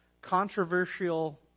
controversial